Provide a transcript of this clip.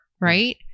Right